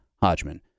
Hodgman